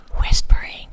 whispering